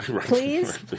please